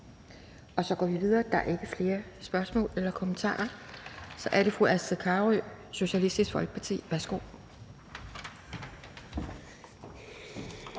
Kjærsgaard): Tak. Der er ikke flere spørgsmål eller kommentarer. Og så går vi videre til fru Astrid Carøe, Socialistisk Folkeparti. Værsgo.